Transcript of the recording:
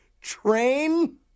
train